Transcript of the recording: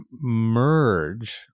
Merge